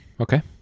Okay